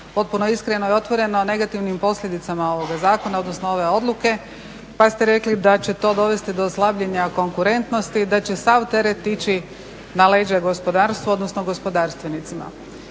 potpuno iskreno i otvoreno o negativnim posljedicama ovoga zakona odnosno ove odluke pa ste rekli da će to dovesti do slabljenja konkurentnosti, da će sav teret ići na leđa gospodarstvu, odnosno gospodarstvenicima.